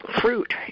fruit